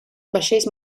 vaixells